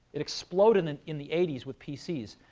it exploded and in the eighty s with pcs,